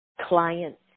clients